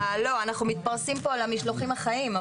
אנחנו מתפרסים פה על המשלוחים החיים.